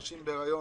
נשים בהריון,